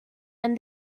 and